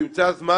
שתמצא זמן,